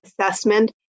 assessment